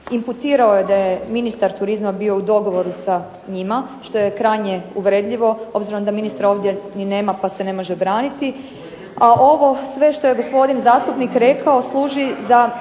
Imputirao je da je ministar turizma bio u dogovoru sa njima što je krajnje uvredljivo obzirom da ministra ovdje nema pa se ne može ni braniti. A ovo što je gospodin zastupnik rekao služi za